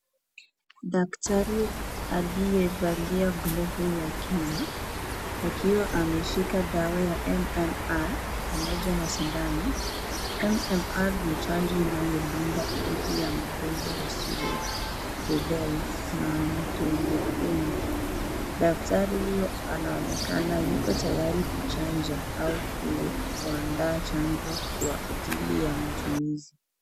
Daktari aliyevalia glovu ya kinywa akiwa ameshika dawa ya mmr pamoja na sindano, MMR ni chanjo inayodungwa didhi ya magonjwa inayosumbua ya rubella mumps . Daktari huyo anaonekana yuko tayari kuchanja au kuandaa chanjo kwa ajili ya matumizi.